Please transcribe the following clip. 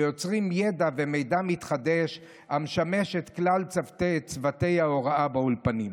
ויוצרים ידע ומידע מתחדש המשמש את כלל צוותי ההוראה באולפנים.